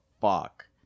fuck